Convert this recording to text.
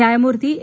न्यायमूर्ती ए